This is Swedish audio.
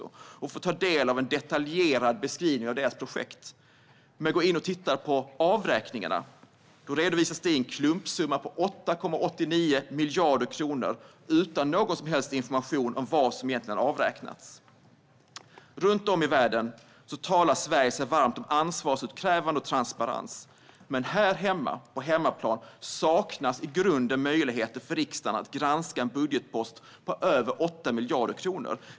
Och jag kan få ta del av en detaljerad beskrivning av projektet. Men avräkningarna redovisas i en klumpsumma på 8,89 miljarder kronor utan någon information om vad som avräknats. Runt om i världen talar Sverige varmt om ansvarsutkrävande och transparens. Men här hemma, på hemmaplan, saknas det i grunden möjligheter för riksdagen att granska en budgetpost på över 8 miljarder kronor.